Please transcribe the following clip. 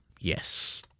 Yes